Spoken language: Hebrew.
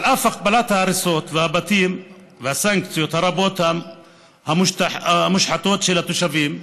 על אף הכפלת הריסות הבתים והסנקציות הרבות המושתות על התושבים,